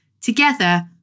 Together